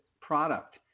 product